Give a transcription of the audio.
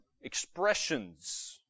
expressions